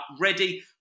ready